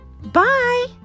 Bye